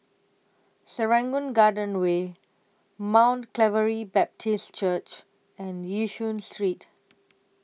Serangoon Garden Way Mount Calvary Baptist Church and Yishun Street